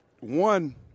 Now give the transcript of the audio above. One